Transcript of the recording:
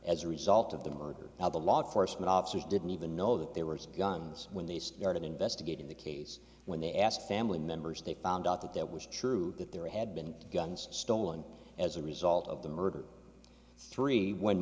as a result of the murder now the law enforcement officers didn't even know that there were guns when they started investigating the case when they asked family members they found out that that was true that there had been guns stolen as a result of the murder three when